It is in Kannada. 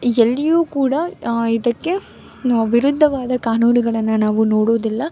ಎಲ್ಲಿಯೂ ಕೂಡ ಇದಕ್ಕೆ ವಿರುದ್ಧವಾದ ಕಾನೂನುಗಳನ್ನು ನಾವು ನೋಡೋದಿಲ್ಲ